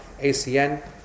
ACN